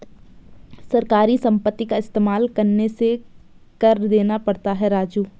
सरकारी संपत्ति का इस्तेमाल करने से कर देना पड़ता है राजू